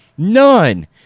None